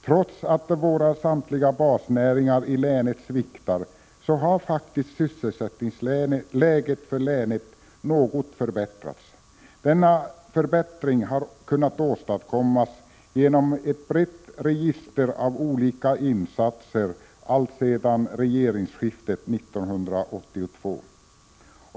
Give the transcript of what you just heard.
Trots att samtliga våra basnäringar i länet sviktar, har faktiskt sysselsättningsläget för länet något förbättrats. Denna förbättring har kunnat åstadkommas genom ett brett register av olika insatser, alltsedan regeringsskiftet 1982.